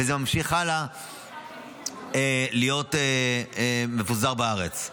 וזה ממשיך הלאה להיות מפוזר בארץ.